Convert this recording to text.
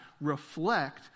reflect